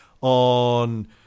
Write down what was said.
on